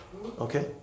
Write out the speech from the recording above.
Okay